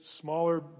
smaller